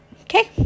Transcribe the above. Okay